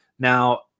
Now